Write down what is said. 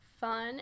Fun